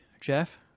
Jeff